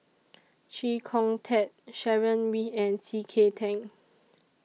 Chee Kong Tet Sharon Wee and C K Tang